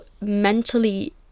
mentally